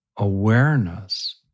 awareness